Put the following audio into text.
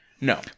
No